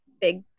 big